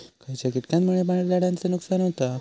खयच्या किटकांमुळे फळझाडांचा नुकसान होता?